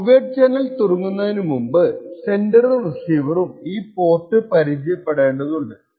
covert channel തുടങ്ങുന്നതിനു മുമ്പ് സെൻഡറും റിസീവറും ഈ പോർട്ട് പരിചയപ്പെടേണ്ടതുണ്ട്